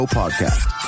podcast